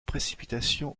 précipitation